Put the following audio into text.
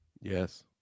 Yes